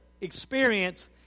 experience